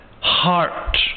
heart